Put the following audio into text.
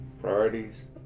Priorities